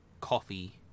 coffee